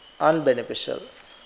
unbeneficial